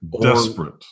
Desperate